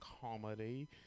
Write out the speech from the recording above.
comedy